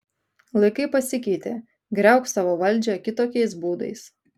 laikai pasikeitė griauk savo valdžią kitokiais būdais